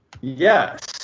Yes